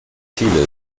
chile